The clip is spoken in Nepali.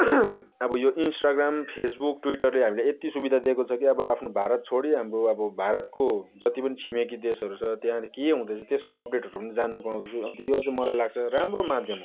अब यो इन्स्टाग्राम फेस बुक ट्विटरले हामीलाई यति सुविधा दिएको छ कि अब आफ्नो भारत छोडी हाम्रो अब भारतको जति पनि छिमेकी देशहरू छ त्यहाँ के हुँदैछ त्यसको अपडेटहरू जान्नु पाउँछु अब यो चाहिँ मलाई लाग्छ राम्रो माध्यम हो